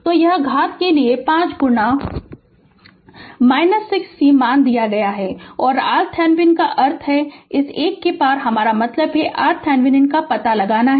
तो यह घात के लिए 5 गुणा 10 है - 6 c मान दिया गया है और RThevenin का अर्थ है इस 1 के पार हमारा मतलब है RThevenin का पता लगाना है